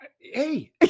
Hey